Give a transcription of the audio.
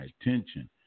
attention